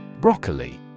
Broccoli